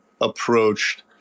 approached